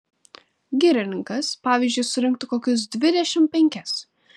girininkas pavyzdžiui surinktų kokius dvidešimt penkis